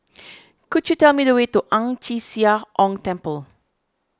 could you tell me the way to Ang Chee Sia Ong Temple